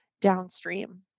downstream